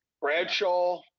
Bradshaw